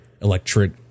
electric